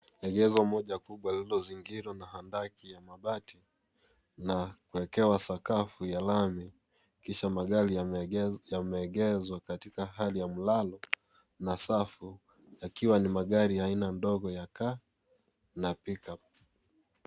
Egezo moja kubwa lililozingirwa na handakinya mabati na kuekewa sakafu ya lami kisha magari yameegeshwa katika hali ya mlalo na safu yakiwa ni magari aina mdogo ya Car na Pickup.